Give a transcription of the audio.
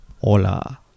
Hola